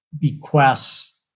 bequests